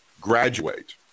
graduate